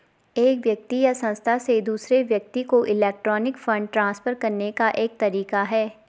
एक व्यक्ति या संस्था से दूसरे व्यक्ति को इलेक्ट्रॉनिक फ़ंड ट्रांसफ़र करने का एक तरीका है